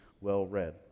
well-read